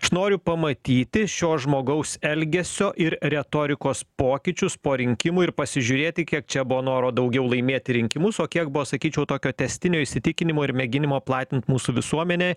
aš noriu pamatyti šio žmogaus elgesio ir retorikos pokyčius po rinkimų ir pasižiūrėti kiek čia buvo noro daugiau laimėti rinkimus o kiek buvo sakyčiau tokio tęstinio įsitikinimo ir mėginimo platint mūsų visuomenėj